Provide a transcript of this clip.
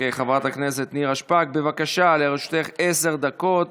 חברת הכנסת נירה שפק, בבקשה, לרשותך עשר דקות.